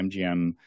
mgm